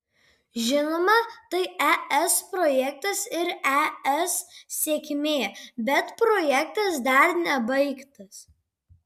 žinoma tai es projektas ir es sėkmė bet projektas dar nebaigtas